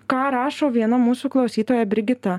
ką rašo viena mūsų klausytoja brigita